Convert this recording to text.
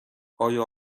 آیا